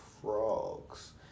frogs